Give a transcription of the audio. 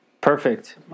Perfect